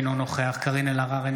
אינו נוכח קארין אלהרר,